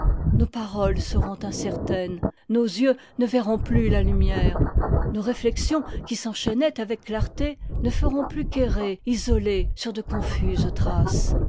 nos paroles seront incertaines nos yeux ne verront plus la lumière nos réuexions qui s'enchaînaient avec clarté ne feront plus qu'errer isolées sur de confuses traces